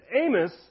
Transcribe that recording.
Amos